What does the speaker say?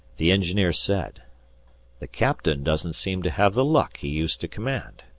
the engineer said the captain doesn't seem to have the luck he used to command.